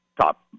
top